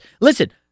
Listen